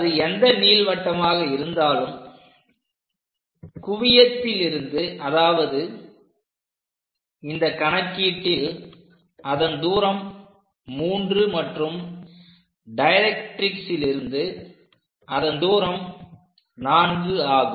அது எந்த நீள்வட்டமாக இருந்தாலும் குவியத்தில் இருந்து அதாவது இந்த கணக்கீட்டில் அதன் தூரம் 3 மற்றும் டைரக்ட்ரிக்ஸ்லிருந்து அதன் தூரம் 4 ஆகும்